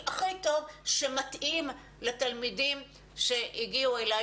הכי טוב שמתאים לתלמידים שהגיעו אליי,